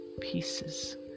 pieces